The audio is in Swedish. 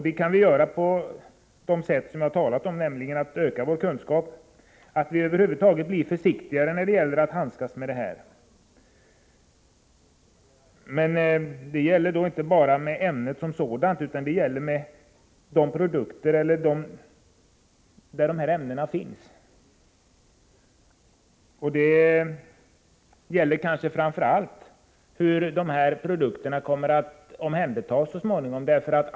Det kan vi göra på de sätt som jag har talat om, nämligen genom att öka vår kunskap och genom att bli försiktigare när vi handskas med kemiska ämnen. Det gäller då inte bara med ämnet som sådant, utan också med de produkter där dessa ämnen ingår. Men det handlar kanske framför allt om hur produkterna så småningom kommer att omhändertas.